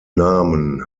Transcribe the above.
namen